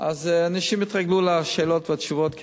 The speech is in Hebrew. כנראה אנשים התרגלנו לשאלות ולתשובות.